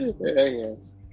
Yes